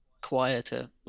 quieter